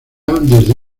desde